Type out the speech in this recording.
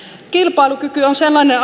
kilpailukyky on sellainen